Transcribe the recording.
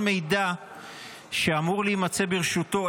כל מידע שאמור להימצא ברשותו,